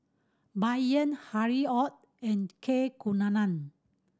Bai Yan Harry Ord and K Kunalan